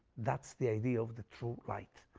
that's the idea of the true light,